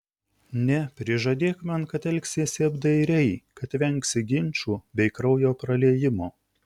ne prižadėk man kad elgsiesi apdairiai kad vengsi ginčų bei kraujo praliejimo